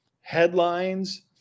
headlines